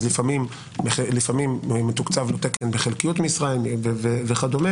אז לפעמים הוא מתוקצב בחלקיות משרה וכדומה.